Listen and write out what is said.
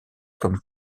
comme